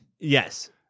Yes